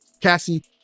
Cassie